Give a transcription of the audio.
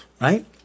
right